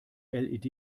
led